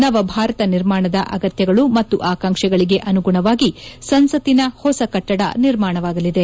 ನವಭಾರತ ನಿರ್ಮಾಣದ ಅಗತ್ಯಗಳು ಮತ್ತು ಆಕಾಂಕ್ಷೆಗಳಿಗೆ ಅನುಗುಣವಾಗಿ ಸಂಸತ್ತಿನ ಹೊಸ ಕಟ್ವದ ನಿರ್ಮಾಣವಾಗಲಿದೆ